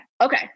Okay